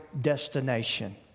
destination